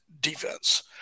defense